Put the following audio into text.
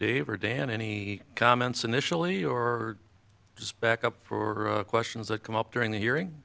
dave or dan any comments initially or just back up for questions that come up during the hearing